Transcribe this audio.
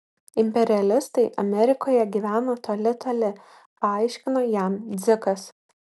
imperialistai amerikoje gyvena toli toli paaiškino jam dzikas